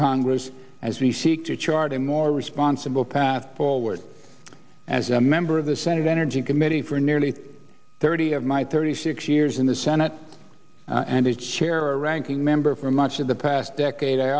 congress as we seek to chart a more responsible path forward as a member of the senate energy committee for an nearly thirty of my thirty six years in the senate and a chair or ranking member for much of the past decade i